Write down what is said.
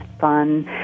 fun